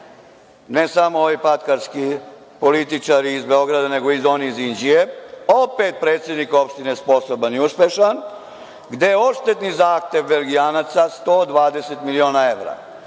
ne samo ovi političari iz Beograda, nego i oni iz Inđije, opet predsednik opštine sposoban i uspešan, gde je odštetni zahtev Belgijanaca 120 miliona evra